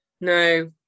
no